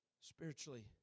spiritually